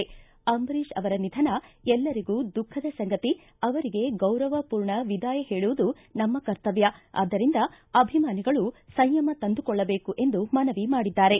ಅಂಬರೀಷ್ ಅವರ ನಿಧನ ಎಲ್ಲರಿಗೂ ದುಃಖದ ಸಂಗತಿ ಅವರಿಗೆ ಗೌರವಪೂರ್ಣ ವಿದಾಯ ಹೇಳುವುದು ನಮ್ಮ ಕರ್ತಮ್ಯ ಆದ್ದರಿಂದ ಅಭಿಮಾನಿಗಳು ಸಂಯಮ ತಂದುಕೊಳ್ಳಬೇಕು ಎಂದು ಮನವಿ ಮಾಡಿದ್ದಾರೆ